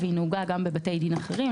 והיא נהוגה גם בבתי דין אחרים,